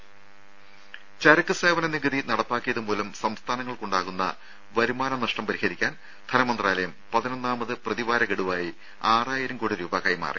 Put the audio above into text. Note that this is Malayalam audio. ദേദ ചരക്കുസേവന നികുതി നടപ്പാക്കിയതുമൂലം സംസ്ഥാനങ്ങൾക്ക് ഉണ്ടാകുന്ന വരുമാന നഷ്ടം പരിഹരിക്കാൻ ധനമന്ത്രാലയം പതിനൊന്നാമത് പ്രതിവാര ഗഡുവായി ആറായിരംകോടി രൂപ കൈമാറി